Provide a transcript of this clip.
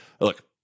look